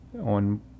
on